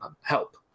help